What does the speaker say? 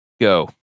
Go